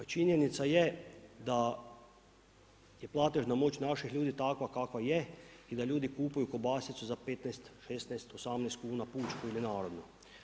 Činjenica je da je platežna moć naših ljudi takva kakva je i da ljudi kupuju kobasicu za 15, 16, 18 kuna, pučku ili narodnu.